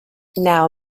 now